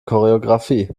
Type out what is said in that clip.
choreografie